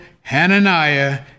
Hananiah